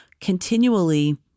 continually